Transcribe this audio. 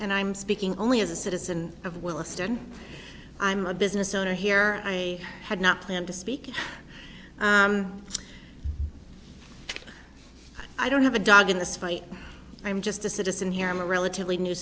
and i'm speaking only as a citizen of williston i'm a business owner here i had not planned to speak i don't have a dog in this fight i'm just a citizen here i'm a relatively new